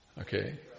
Okay